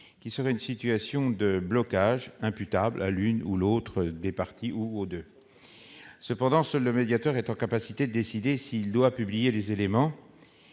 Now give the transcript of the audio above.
souligner une situation de blocage imputable à l'une ou l'autre des parties ou aux deux parties. Cependant, seul le médiateur est en capacité de décider s'il doit publier les éléments,